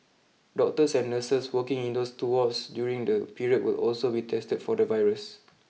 doctors and nurses working in those two wards during the period will also be tested for the virus